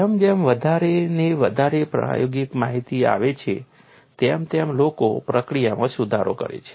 જેમ જેમ વધારેને વધારે પ્રાયોગિક માહિતી આવે છે તેમ તેમ લોકો પ્રક્રિયામાં સુધારો કરે છે